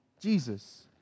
Jesus